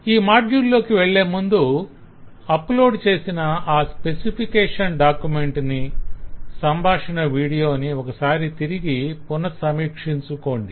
ఈ మాడ్యుల్ లోకి వెళ్ళేముందు అప్లోడ్ చేసిన ఆ స్పెసిఫికేషన్ డాక్యుమెంట్ ని సంభాషణ వీడియోని ఒక సారి తిరిగి పునఃసమీక్షించుకోండి